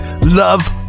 love